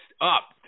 up